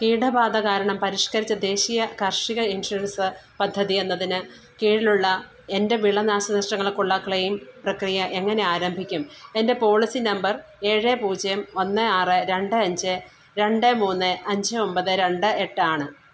കീടബാധ കാരണം പരിഷ്കരിച്ച ദേശീയ കാർഷിക ഇൻഷുറൻസ് പദ്ധതി എന്നതിന് കീഴിലുള്ള എൻ്റെ വിള നാശനഷ്ടങ്ങൾക്കുള്ള ക്ലെയിം പ്രക്രിയ എങ്ങനെ ആരംഭിക്കും എൻ്റെ പോളിസി നമ്പർ ഏഴ് പൂജ്യം ഒന്ന് ആറ് രണ്ട് അഞ്ച് രണ്ട് മൂന്ന് അഞ്ച് ഒമ്പത് രണ്ട് എട്ട് ആണ്